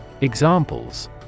Examples